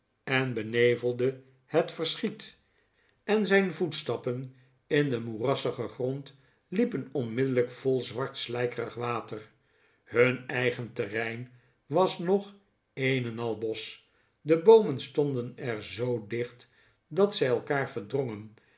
en benevelde het verschiet en zijn voetstappen in den moerassigen grond liepen onmiddellijk vol zwart slijkerig water hun eigen terrein was nog een en al bosch de boomen stonden er zoo dicht dat zij elkaar verdrongen